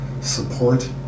support